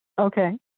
Okay